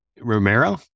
Romero